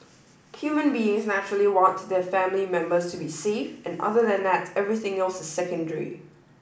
human beings naturally want their family members to be safe and other than that everything else is secondary